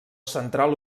central